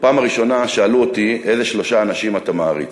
בפעם הראשונה שאלו אותי: איזה שלושה אנשים אתה מעריץ,